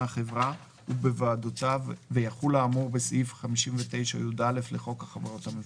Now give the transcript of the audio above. החברה ובוועדותיו ויחול האמור בסעיף 59יא לחוק החברות הממשלתיות.